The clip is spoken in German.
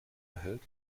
erhält